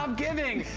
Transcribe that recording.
um giving,